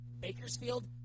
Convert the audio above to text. Bakersfield